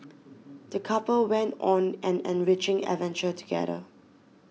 the couple went on an enriching adventure together